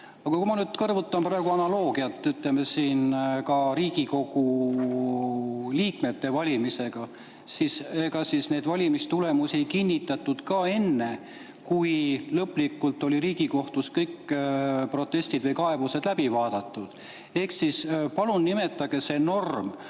Aga kui ma nüüd kõrvutan praegu analoogiat, ütleme, ka Riigikogu liikmete valimisega, siis ega neid valimistulemusi ei kinnitatud enne, kui lõplikult olid Riigikohtus kõik protestid või kaebused läbi vaadatud. Palun nimetage see norm